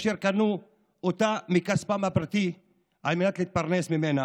אשר קנו אותה מכספם הפרטי על מנת להתפרנס ממנה.